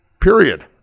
Period